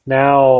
now